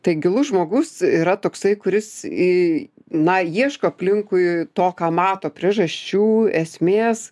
tai gilus žmogus yra toksai kuris į na ieško aplinkui to ką mato priežasčių esmės